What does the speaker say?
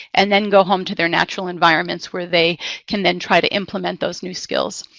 and then go home to their natural environments where they can then try to implement those new skills.